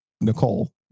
nicole